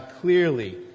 clearly